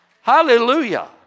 Hallelujah